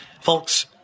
Folks